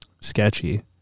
sketchy